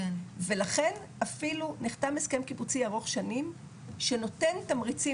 ולכן אפילו נחתם הסכם קיבוצי ארוך שנים שנותן תמריצים,